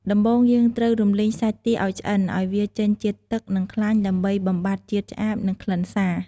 ដំបូង យើងត្រូវរំលីងសាច់ទាឱ្យឆ្អិន ឱ្យវាចេញជាតិទឹក និងខ្លាញ់ដើម្បីបំបាត់ជាតិឆ្អាប និងក្លិនសា។